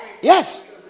yes